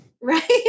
Right